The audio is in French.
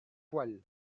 poêles